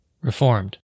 reformed